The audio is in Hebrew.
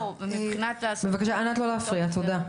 לא, מבחינת ה --- ענת, לא להפריע, תודה.